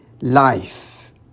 life